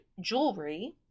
jewelry